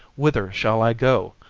whither shall i go,